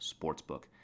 Sportsbook